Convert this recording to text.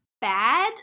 bad